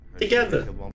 together